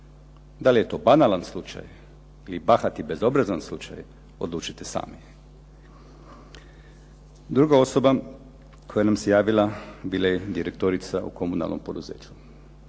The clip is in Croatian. Da li je to banalan slučaj ili bahat i bezobrazan slučaj? Odlučite sami. Druga osoba koja nam se javila bila je direktorica u komunalnom poduzeću